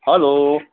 hello